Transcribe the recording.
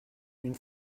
une